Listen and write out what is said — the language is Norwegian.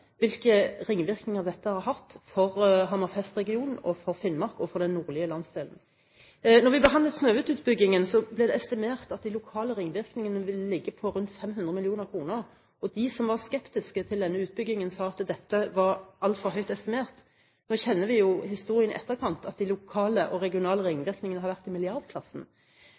hvilke ringvirkninger dette har hatt for Hammerfest-regionen, for Finnmark og for den nordlige landsdelen. Da vi behandlet Snøhvit-utbyggingen, ble det estimert at de lokale ringvirkningene ville ligge på rundt 500 mill. kr. De som var skeptiske til denne utbyggingen, sa at dette var altfor høyt estimert. Nå kjenner vi jo historien i etterkant, at de lokale og regionale ringvirkningene har vært i milliardklassen.